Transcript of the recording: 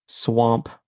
Swamp